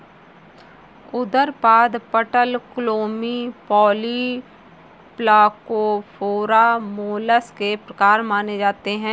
उदरपाद, पटलक्लोमी, Polyplacophora, mollusc के प्रकार माने जाते है